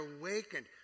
awakened